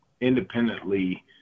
independently